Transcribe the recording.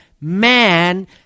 Man